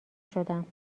شدم